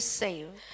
saved